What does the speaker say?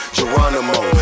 Geronimo